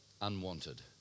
unwanted